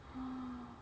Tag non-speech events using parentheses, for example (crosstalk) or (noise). (breath)